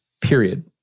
period